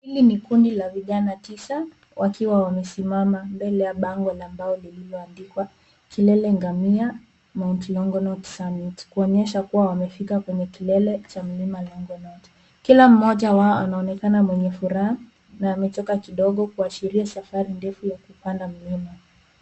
Hili ni kundi la vijana tisa wakiwa wamesimama mbele ya bango la mbao lililoandikwa Kilele Ngamia, Mt. Longont Summit, kuonyesha kuwa wamefika kwenye kilele cha Mlima Longonot. Kila mmoja wao anaonekana mwenye furaha na amechoka kidogo kuashiria safari ndefu ya kupanda mlima.